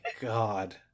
God